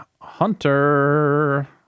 hunter